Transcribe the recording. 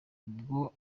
ubwo